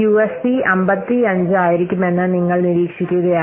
UFP 55 ആയിരിക്കുമെന്ന് നിങ്ങൾ നിരീക്ഷിക്കുകയാണ്